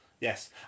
Yes